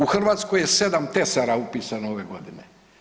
U Hrvatskoj je 7 tesara upisano ove godine.